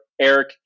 Eric